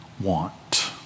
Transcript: want